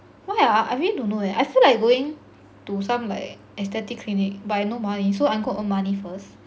why ah I really don't know leh I feel like going to some like aesthetic clinic but I no money so I going earn money first